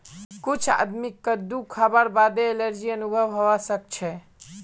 कुछ आदमीक कद्दू खावार बादे एलर्जी अनुभव हवा सक छे